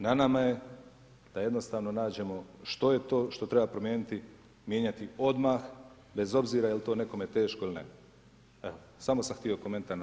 Na nama je da jednostavno nađemo što je to što treba promijeniti, mijenjati odmah bez obzira jel' to nekome teško ili ne. evo, samo sam htio komentar na to.